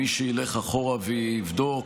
מי שילך אחורה ויבדוק,